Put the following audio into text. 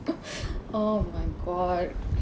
oh my god